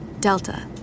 Delta